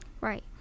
Right